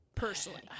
Personally